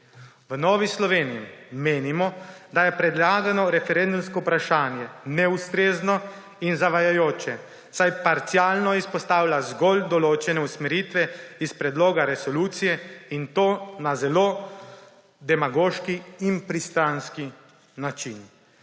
V Novi Sloveniji menimo, da je predlagano referendumsko vprašanje neustrezno in zavajajoče, saj parcialno izpostavlja zgolj določene usmeritve iz predloga resolucije, in to na zelo demagoški in pristranski način.